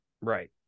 Right